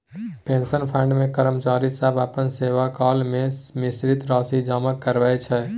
pension fund मे कर्मचारी सब अपना सेवाकाल मे निश्चित राशि जमा कराबै छै